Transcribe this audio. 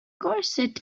corset